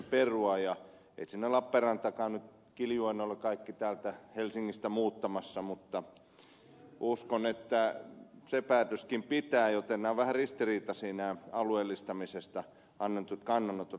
ei sinne lappeenrantaankaan nyt kiljuen ole kaikki täältä helsingistä muuttamassa mutta uskon että sekin päätös pitää joten nämä ovat vähän ristiriitaisia nämä alueellistamisesta annetut kannanotot